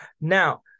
Now